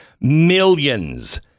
Millions